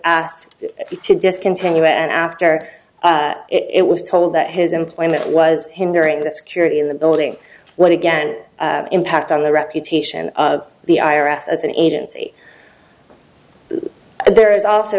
asked to discontinue and after it was told that his employment was hindering the security of the building when again impact on the reputation of the i r s as an agency there is also